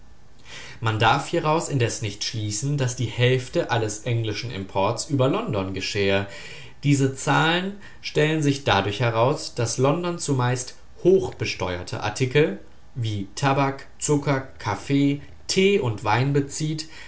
man darf hieraus indes nicht schließen daß die hälfte alles englischen imports über london geschähe diese zahlen stellen sich dadurch heraus daß london zumeist hochbesteuerte artikel wie tabak zucker kaffee tee und wein bezieht